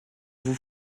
vous